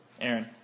Aaron